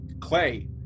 Clay